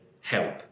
help